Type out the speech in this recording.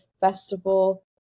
festival